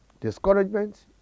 discouragement